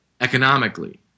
economically